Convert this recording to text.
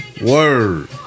Word